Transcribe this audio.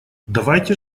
давайте